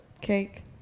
cake